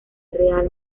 real